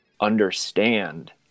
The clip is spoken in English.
understand